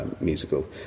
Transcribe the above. musical